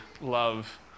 love